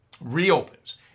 reopens